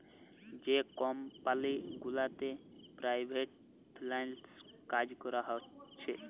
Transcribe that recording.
যে কমপালি গুলাতে private freelance কাজ ক্যরা হছে